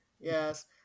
Yes